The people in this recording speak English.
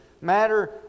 Matter